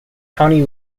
county